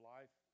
Life